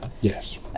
Yes